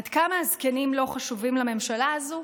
עד כמה הזקנים לא חשובים לממשלה הזו?